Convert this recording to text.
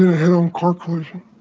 head on car collision,